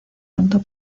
pronto